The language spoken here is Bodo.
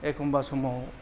एखमब्ला समाव